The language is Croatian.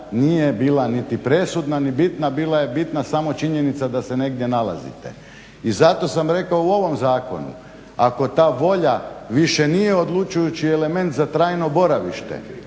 nije bila niti presudna niti bitna bila je bitna samo činjenica da se negdje nalazite. I zato sam rekao u ovom zakonu ako ta volja više nije odlučujući element za trajno boravište